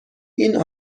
این